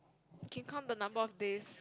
can count the number of days